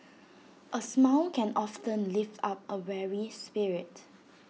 A smile can often lift up A weary spirit